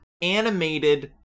animated